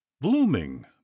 blooming